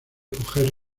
coger